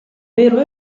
vero